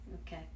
Okay